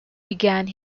began